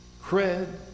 cred